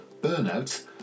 burnout